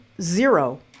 zero